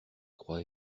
croix